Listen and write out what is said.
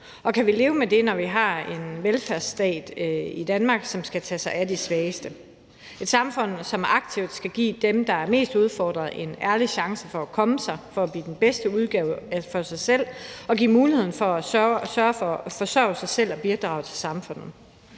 Og kan vi leve med det, når vi har en velfærdsstat i Danmark, som skal tage sig af de svageste i samfundet, og et samfund, som aktivt skal give dem, der er mest udfordret, en ærlig chance for at komme sig og for at blive den bedste udgave af sig selv og give dem mulighed for at forsørge sig selv og bidrage til samfundet?